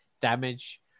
damage